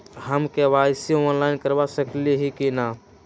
हम KYC online करवा सकली ह कि न?